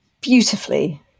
beautifully